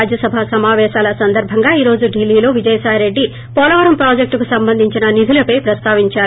రాజ్యసభ సమాపేశాల సందర్సంగా ఈ రోజు ఢిల్లీలో విజయసాయిరెడ్డి పోలవరం ప్రాజెక్టుకు సంబంధించిన నిధులపై ప్రస్తావించారు